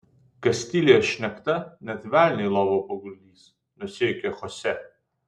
kastilijos šnekta net velnią į lovą paguldys nusijuokė chose